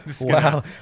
Wow